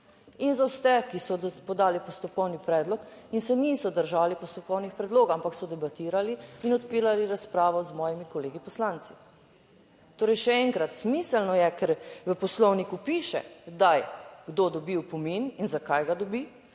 in za vse, ki so podali postopkovni predlog in se niso držali postopkovnih predlogov, ampak so debatirali in odpirali razpravo z mojimi kolegi poslanci. Torej še enkrat, smiselno je, ker v Poslovniku piše kdaj kdo dobi opomin in zakaj ga dobi